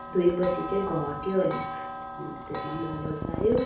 धोएपछि चाहिँ घट्यो अलिक अन्त त्यसमा बबल्स आयो